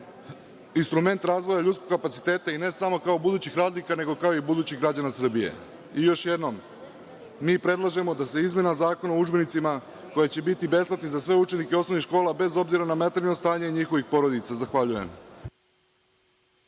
instrument razvoja ljudskog kapaciteta i ne samo kao budućih radnika, nego i kao budućih građana Srbije. Još jednom, mi predlažemo da se izmena Zakona o udžbenicima, koji će biti besplatni za sve učenike osnovnih škola, bez obzira na materijalno stanje njihovih porodica. Zahvaljujem.